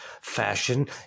fashion